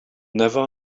never